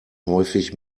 häufig